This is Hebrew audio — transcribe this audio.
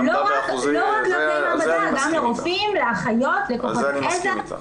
על זה אני מסכים איתך.